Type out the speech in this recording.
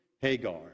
Hagar